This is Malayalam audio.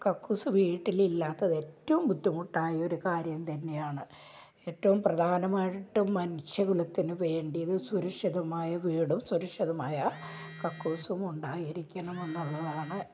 കക്കൂസ് വീട്ടിലില്ലാത്തത് ഏറ്റവും ബുദ്ധിമുട്ടായ ഒര് കാര്യം തന്നെയാണ് ഏറ്റവും പ്രധാനമായിട്ടും മനുഷ്യകുലത്തിന് വേണ്ടിയത് സുരക്ഷിതമായ വീടും സുരക്ഷിതമായ കക്കൂസും ഉണ്ടായിരിക്കണം എന്നുള്ളതാണ്